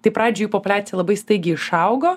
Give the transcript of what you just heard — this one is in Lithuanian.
tai pradžioj jų populiacija labai staigiai išaugo